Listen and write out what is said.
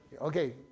okay